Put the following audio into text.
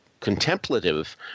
contemplative